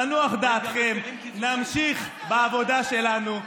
תנוח דעתכם, נמשיך בעבודה שלנו.